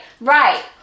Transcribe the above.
right